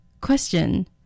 Question